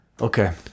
Okay